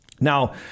Now